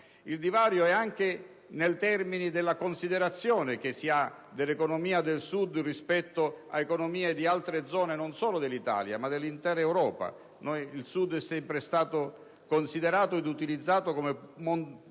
è divario anche nei termini della considerazione che si ha dell'economia del Sud rispetto ad economie di altre zone non solo dell'Italia, ma dell'intera Europa. Il Sud è sempre stato considerato e utilizzato come momento